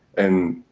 and,